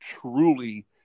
truly